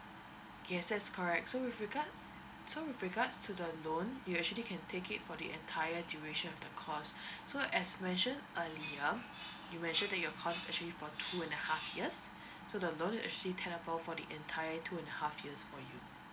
yes that's correct so with regards so with regards to the loan you actually can take it for the entire duration of the course so as mentioned earlier you mentioned that your course actually for two and a half years so the loan actually tenable for the entire two and half years for you